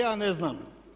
Ja ne znam.